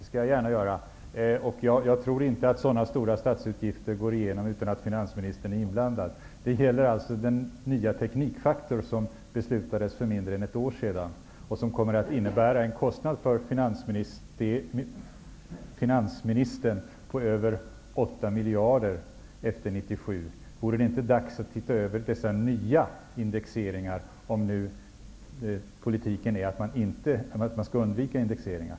Fru talman! Jag tror inte att sådana stora statsutgifter kan godkännas utan att finansministern är inblandad. Det gäller alltså den nya teknikfaktor som beslutades för mindre än ett år sedan. Det kommer att innebära en kostnad för finansministern på över 8 miljarder kronor efter 1997. Vore det inte dags att se över dessa nya indexeringar, om nu politiken är att undvika indexeringar?